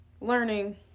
learning